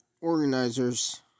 organizers